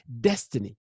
destiny